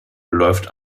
läuft